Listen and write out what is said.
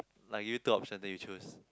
like you took option then you choose